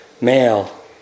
male